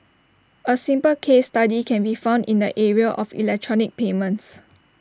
A simple case study can be found in the area of electronic payments